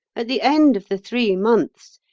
at the end of the three months,